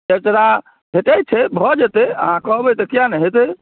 चेचरा भेटैत छै भऽ जेतै अहाँ कहबै तऽ किएक नहि हेतै